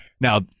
Now